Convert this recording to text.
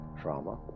trauma